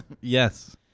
Yes